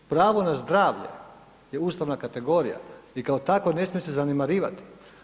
Pravo na zdravlje je ustavna kategorija i kao takvo ne smije se zanemarivati.